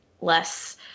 less